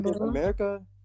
America